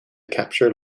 capture